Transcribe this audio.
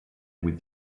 with